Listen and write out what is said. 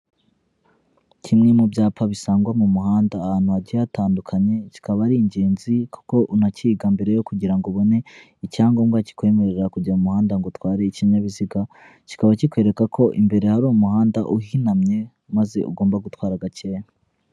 Kimwe mu byapa bisangwa mu muhanda ahantu hagiye hatandukanye, kikaba ari ingenzi kuko unacyiga mbere yo kugira ngo ubone icyangombwa kikwemerera kujya mu muhanda ngo utware ikinyabiziga, kikaba kikwereka ko imbere hari umuhanda uhinamye maze ugomba gutwara gakeya.